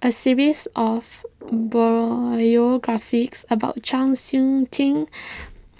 a series of about Chau Sik Ting